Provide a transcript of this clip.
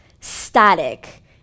static